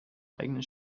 eigenen